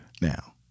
Now